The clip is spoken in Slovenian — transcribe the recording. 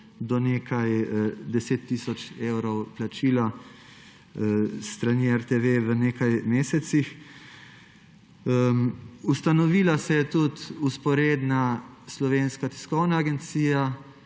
do nekaj deset tisoč evrov plačila s strani RTV v nekaj mesecih. Ustanovila se je tudi vzporedna slovenska tiskovna agencija,